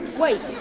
wait!